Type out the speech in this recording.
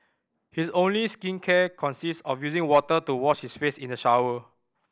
his only skincare consists of using water to wash his face in the shower